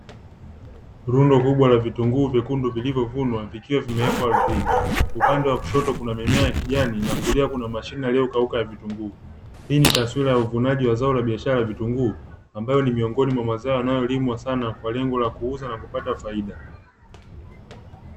Rundo kubwa la vitunguu vyekundu vilivyovunwa vikiwa vimewekwa ardhini; upande wa kushoto kuna mimea ya kijani na kulia kuna mashina yaliyokauka ya vitunguu; hii ni taswira ya uvunaji wa zao la biashara la vitunguu ambayo ni miongoni mwa mazao yanayolimwa sana kwa lengo la kuuza na kupata faida.